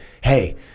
hey